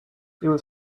was